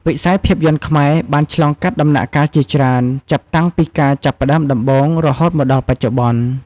វិស័យភាពយន្តខ្មែរបានឆ្លងកាត់ដំណាក់កាលជាច្រើន ចាប់តាំងពីការចាប់ផ្ដើមដំបូងរហូតមកដល់បច្ចុប្បន្ន។